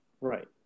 Right